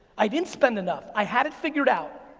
i didn't spend enough, i had it figured out.